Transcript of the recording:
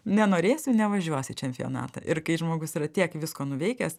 nenorėsiu nevažiuosiu į čempionatą ir kai žmogus yra tiek visko nuveikęs